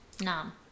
Nam